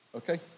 okay